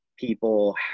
People